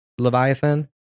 leviathan